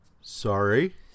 Sorry